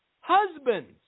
Husbands